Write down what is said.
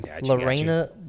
Lorena